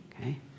okay